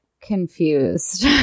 confused